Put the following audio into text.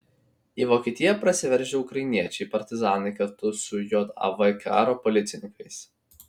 į vokietiją prasiveržę ukrainiečiai partizanai kartu su jav karo policininkais